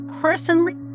personally